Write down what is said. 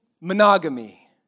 monogamy